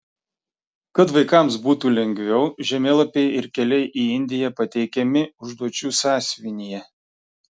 kad vaikams būtų lengviau žemėlapiai ir keliai į indiją pateikiami užduočių sąsiuvinyje